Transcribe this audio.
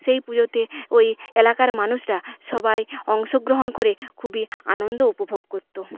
সেই পুজোতে ওই এলাকার মানুষরা সবাই অংশগ্রহণ করে খুবই আনন্দ উপভোগ করত